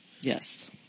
Yes